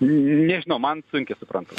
nežinau man sunkiai suprantama